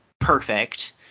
perfect